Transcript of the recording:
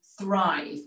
thrive